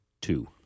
two